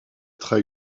très